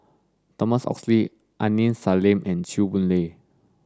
Thomas Oxley Aini Salim and Chew Boon Lay